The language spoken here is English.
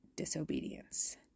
disobedience